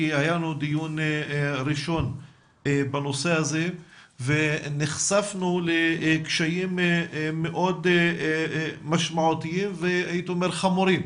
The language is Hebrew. כי היה לנו דיון ראשון בנושא הזה ונחשפנו לקשיים מאוד משמעותיים וחמורים